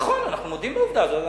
נכון, אנחנו מודים בעובדה הזאת.